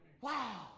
Wow